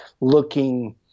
looking